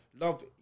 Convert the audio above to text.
love